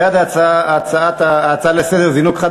בעד ההצעה להעביר את ההצעה לסדר-היום בנושא זינוק חד